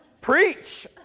Preach